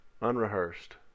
unrehearsed